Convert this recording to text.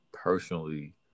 personally